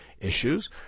issues